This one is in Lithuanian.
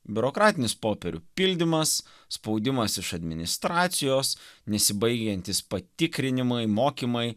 biurokratinis popierių pildymas spaudimas iš administracijos nesibaigiantys patikrinimai mokymai